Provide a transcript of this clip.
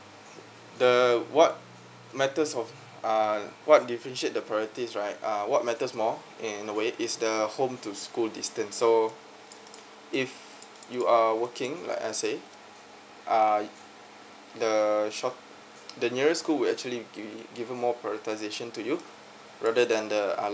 the uh what matters of uh what differentiate the priorities right uh what matters more in a way is the home to school distance so if you are working like I say uh the err short the nearest school actually um given more prioritisation to you rather than the uh